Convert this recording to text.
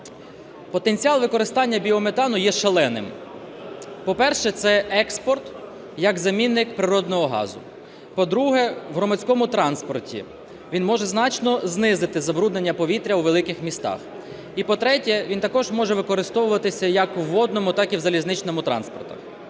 Потенціал використання біометану є шаленим. По-перше, це експорт як замінник природного газу. По-друге, в громадському транспорті, він може значно знизити забруднення повітря у великих містах. І по-третє, він також може використовуватися як у водному, так і в залізничному транспорті.